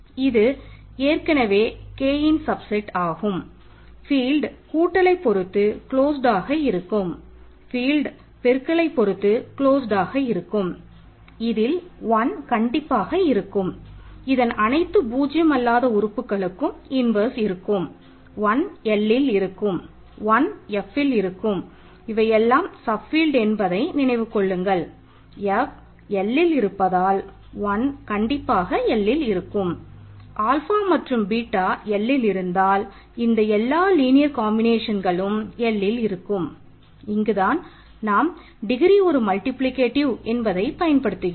இது ஏற்கனவே Kன் சப் செட் என்பதை பயன்படுத்துகிறோம்